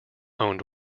owned